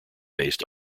based